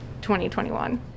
2021